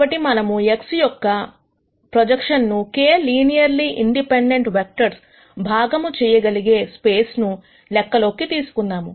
కాబట్టి మనము X యొక్క ప్రొజెక్షన్ ను k లినియర్లీ ఇండిపెండెంట్ వెక్టర్స్ భాగము చేయగలిగే స్పేస్ ను లెక్కలోకి తీసుకుందాం